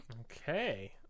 Okay